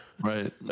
Right